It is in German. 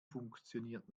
funktioniert